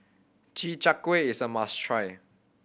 Chi Kak Kuih is a must try